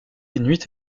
nuit